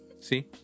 See